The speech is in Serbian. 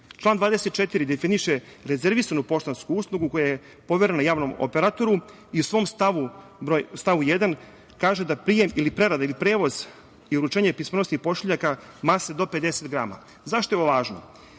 24. definiše rezervisanu poštansku uslugu koja je poverena javnom operatoru i u stavu 1. kaže da – prijem ili prerada ili prevoz i uručenje pismonosnih pošiljaka manje do 50 grama.Zašto je ovo važno?